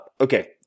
Okay